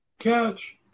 Catch